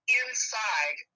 inside